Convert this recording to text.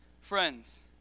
friends